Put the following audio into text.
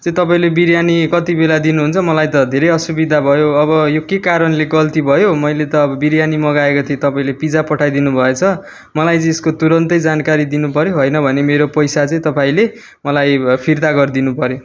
चाहिँ तपाईँले बिरयानी कति बेला दिनुहुन्छ मलाई त धेरै असुविधा भयो अब यो के कारणले गल्ती भयो मैले त अब बिरयानी मगाएको थिएँ तपाईँले पिज्जा पठाइ दिनुभएछ मलाई चाहिँ यसको तुरन्तै जानकारी दिनु पऱ्यो होइन भने मेरो पैसा चाहिँ तपाईँले मलाई फिर्ता गरिदिनु पऱ्यो